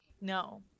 No